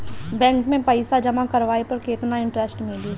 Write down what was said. Bank में पईसा जमा करवाये पर केतना इन्टरेस्ट मिली?